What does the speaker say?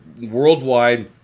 worldwide